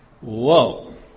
Whoa